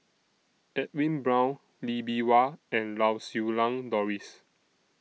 Edwin Brown Lee Bee Wah and Lau Siew Lang Doris